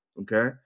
okay